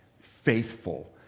faithful